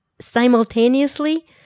simultaneously